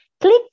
click